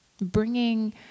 bringing